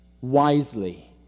wisely